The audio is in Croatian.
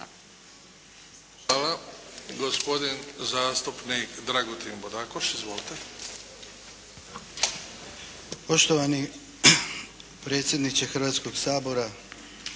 Hvala. Gospodin zastupnik Dragutin Bbodakoš. Izvolite.